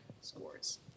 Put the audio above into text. scores